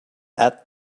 add